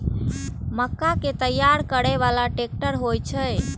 मक्का कै तैयार करै बाला ट्रेक्टर होय छै?